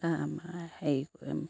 আমাৰ হেৰি কৰিম